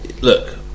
Look